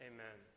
Amen